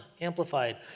amplified